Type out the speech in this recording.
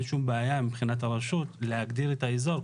שום בעיה מבחינת הרשות להגדיר את האזור,